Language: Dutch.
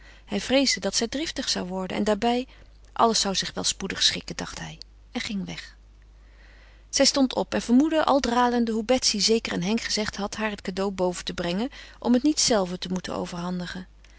hij vreesde dat zij driftig zou worden en daarbij alles zou zich wel spoedig schikken dacht hij en ging weg zij stond op en vermoedde al dralende hoe betsy zeker aan henk gezegd had haar het cadeau boven te brengen om het niet zelve te moeten overhandigen